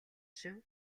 шив